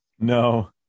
No